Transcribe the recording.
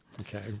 Okay